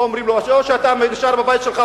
אומרים לו: או שאתה נשאר בבית שלך,